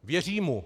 Věří mu.